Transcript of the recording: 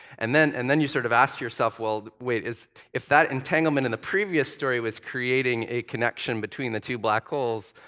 and then and then you sort of ask yourself, well wait, if that entanglement in the previous story was creating a connection between the two black holes,